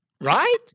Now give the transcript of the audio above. right